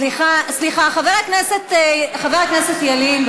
סליחה, חבר הכנסת ילין.